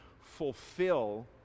fulfill